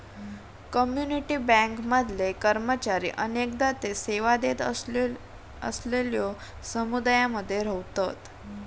community bank मधले कर्मचारी अनेकदा ते सेवा देत असलेलल्यो समुदायांमध्ये रव्हतत